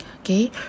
Okay